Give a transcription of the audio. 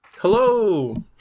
Hello